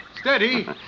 Steady